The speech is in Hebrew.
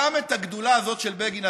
גם את הגדולה הזאת של בגין,